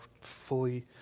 fully